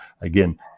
Again